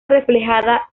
reflejada